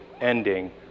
ending